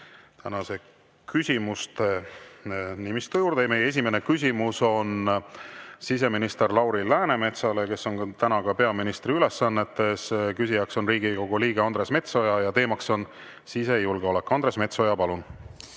Andres Metsoja, palun! Meie esimene küsimus on siseminister Lauri Läänemetsale, kes on täna peaministri ülesannetes. Küsija on Riigikogu liige Andres Metsoja ja teema on sisejulgeolek. Andres Metsoja, palun!